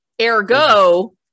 ergo